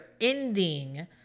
ending